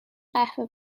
قهوه